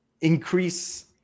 increase